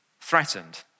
threatened